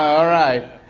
um alright,